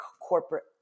corporate